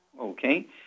Okay